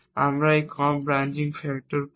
আমরা একটি কম ব্রাঞ্চিং ফ্যাক্টর পাই